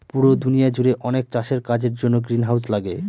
পুরো দুনিয়া জুড়ে অনেক চাষের কাজের জন্য গ্রিনহাউস লাগে